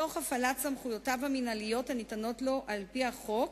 תוך הפעלת סמכויותיו המינהליות הניתנות לו על-פי החוק